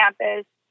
campus